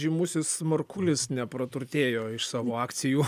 žymusis markulis nepraturtėjo iš savo akcijų